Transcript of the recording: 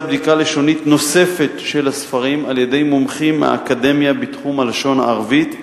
בדיקה לשונית נוספת של הספרים על-ידי מומחים מהאקדמיה בתחום הלשון הערבית,